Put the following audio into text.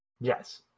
Yes